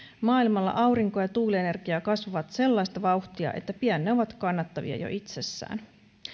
maailmalla aurinko ja tuulienergia kasvavat sellaista vauhtia että pian ne ovat kannattavia jo itsessään